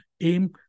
Aim